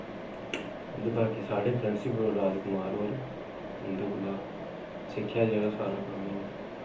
बाकी साढ़े प्रिंसिपल राज कुमार होर उं'दे कोला सिक्खेआ जेह्ड़ा सारा कम्म एह् में